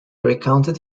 recounted